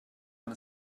man